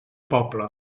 poble